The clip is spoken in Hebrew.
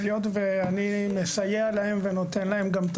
היות ואני מסייע להם וגם נותן להם את